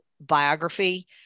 biography